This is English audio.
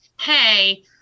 hey